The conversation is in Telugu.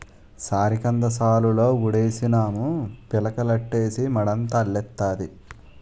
సారికంద సాలులో ఉడిసినాము పిలకలెట్టీసి మడంతా అల్లెత్తాది